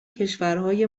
کشورهای